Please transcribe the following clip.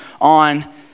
on